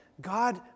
God